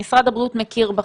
זה שמשרד הבריאות מכיר בכם.